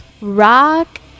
rock